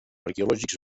arqueològics